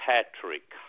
Patrick